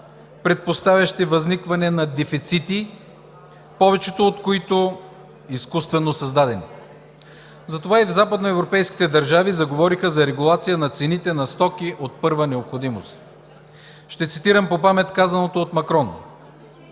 предпоставящи възникване на дефицити, повечето от които изкуствено създадени. Затова и в западноевропейските държави заговориха за регулация на цените на стоки от първа необходимост. Ще цитирам по памет казаното от Макрон: